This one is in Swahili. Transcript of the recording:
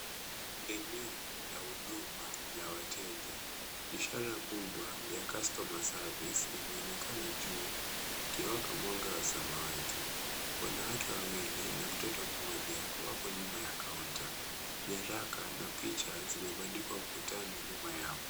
Eneo la huduma la wateja ishara kubwa ya Customer Service imeonekana juu ikiwaka mwanga wa samawati. Wanawake wawili na mtoto mmoja wako nyuma ya kaunta, nyaraka na picha zimebandikwa ukutani nyuma yao.